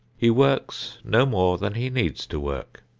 he works no more than he needs to work.